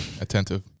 attentive